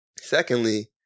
secondly